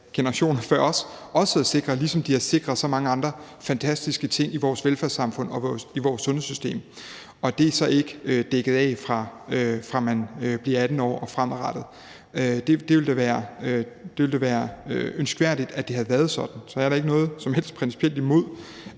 generationer før os også havde sikret, ligesom de har sikret så mange andre fantastiske ting i vores velfærdssamfund og i vores sundhedssystem. Det er så ikke dækket, fra man bliver 18 år og fremadrettet. Det ville da være ønskværdigt, at det havde været sådan. Så jeg har da ikke noget som helst principielt imod,